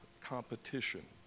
competition